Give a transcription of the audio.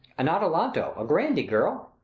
an adalantado, a grandee, girl.